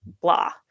blah